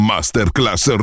Masterclass